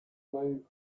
main